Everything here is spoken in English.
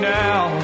now